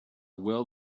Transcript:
will